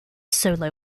solo